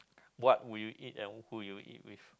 what would you eat and who would you eat with